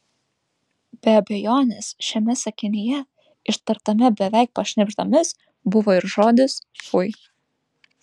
be abejonės šiame sakinyje ištartame beveik pašnibždomis buvo ir žodis fui